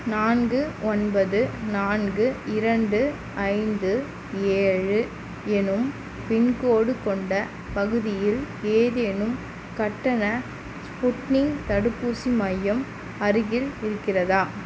நான்கு ஒன்பது நான்கு இரண்டு ஐந்து ஏழு என்னும் பின்கோட் கொண்ட பகுதியில் ஏதேனும் கட்டண ஸ்புட்னிக் தடுப்பூசி மையம் அருகில் இருக்கிறதா